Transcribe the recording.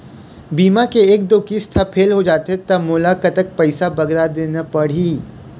बीमा के एक दो किस्त हा फेल होथे जा थे ता मोला कतक पैसा बगरा देना पड़ही ही?